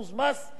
על הרווחים.